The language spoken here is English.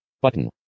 button